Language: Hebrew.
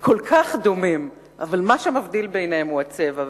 כל כך דומים, אבל מה שמבדיל ביניהם הוא הצבע.